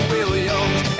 Williams